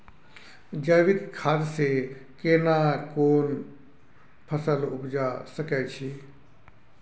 जैविक खाद से केना कोन फसल उपजा सकै छि?